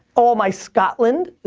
all my scotland,